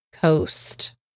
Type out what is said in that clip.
coast